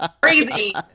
crazy